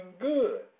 good